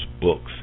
books